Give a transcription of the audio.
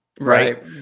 right